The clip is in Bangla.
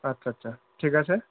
আচ্ছা আচ্ছা ঠিক আছে